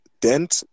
dent